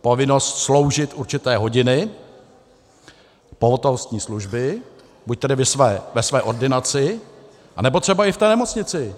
Povinnost sloužit určité hodiny pohotovostní služby, buď tedy ve své ordinaci, anebo třeba i v té nemocnici.